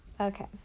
Okay